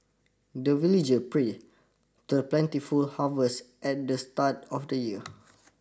the villager pray the plentiful harvest at the start of the year